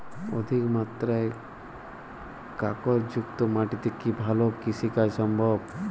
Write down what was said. অধিকমাত্রায় কাঁকরযুক্ত মাটিতে কি ভালো কৃষিকাজ সম্ভব?